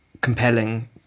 compelling